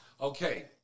Okay